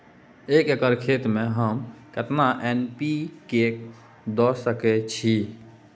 एक एकर खेत में हम केतना एन.पी.के द सकेत छी?